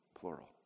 plural